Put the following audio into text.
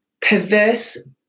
perverse